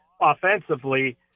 offensively